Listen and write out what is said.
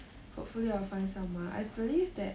hopefully I'll find someone I believe that